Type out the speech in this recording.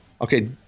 Okay